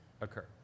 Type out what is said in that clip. occur